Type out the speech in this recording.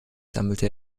sammelte